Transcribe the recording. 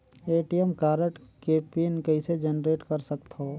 ATM card के pin कइसे generate कर सकथव?